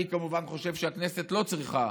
אני כמובן חושב שהכנסת לא צריכה